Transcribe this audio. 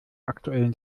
aktuellen